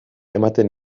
ematen